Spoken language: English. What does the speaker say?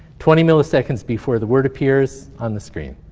twenty milliseconds before the word appears on the screen.